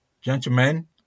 gentlemen